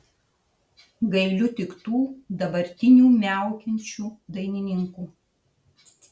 gailiu tik tų dabartinių miaukiančių dainininkų